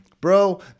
Bro